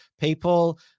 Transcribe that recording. people